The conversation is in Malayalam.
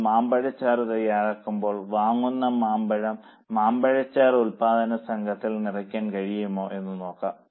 നിങ്ങൾ മാമ്പഴച്ചാറു തയ്യാറാക്കുമ്പോൾ വാങ്ങുന്ന മാമ്പഴം മാമ്പഴച്ചാർ ഉൽപാദന സംഘത്തിൽ നിറയ്ക്കാൻ കഴിയുമോ എന്ന് നോക്കാം